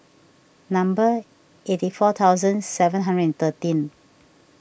number eighty four thousands seven hundred and thirteen